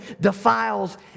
defiles